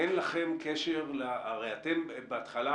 הרי אתם בהתחלה,